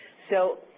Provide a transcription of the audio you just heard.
so,